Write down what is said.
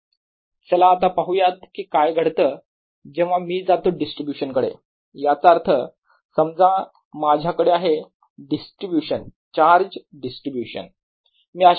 EW14π0i1 NjiNQiQjrij14π012i1 Nji i≠j NQiQjrij चला आता पाहुयात कि काय घडतं जेव्हा मी जातो डिस्ट्रीब्यूशन कडे याचा अर्थ समजा माझ्याकडे आहे चार्ज डिस्ट्रीब्यूशन